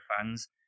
fans